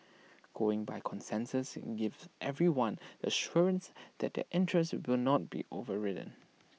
going by consensus gives everyone the assurance that their interests will not be overridden